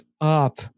up